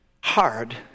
hard